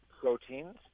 proteins